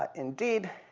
ah indeed,